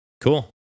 cool